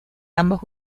ambos